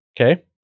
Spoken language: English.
Okay